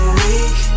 weak